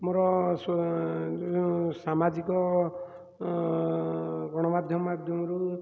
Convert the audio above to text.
ମୋର ସୋ ସାମାଜିକ ଗଣାମାଧ୍ୟମ ମାଧ୍ୟମରୁ